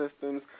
systems